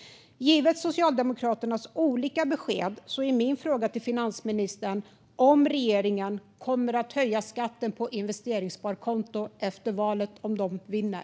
Givet Socialdemokraternas olika besked är min fråga till finansministern: Kommer regeringen att höja skatten på investeringssparkonton efter valet om de vinner?